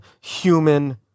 human